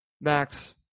Max